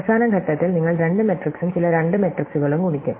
അവസാന ഘട്ടത്തിൽ നിങ്ങൾ രണ്ട് മാട്രിക്സും ചില രണ്ട് മെട്രിക്സുകളും ഗുണിക്കും